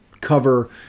cover